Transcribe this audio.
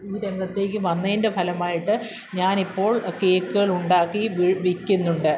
ഈ രംഗത്തേക്ക് വന്നതിൻ്റെ ബലമായിട്ട് ഞാനിപ്പോൾ കേക്കുകളുണ്ടാക്കി വിൽക്കുന്നുണ്ട്